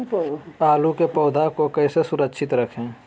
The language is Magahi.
आलू के पौधा को कैसे सुरक्षित रखें?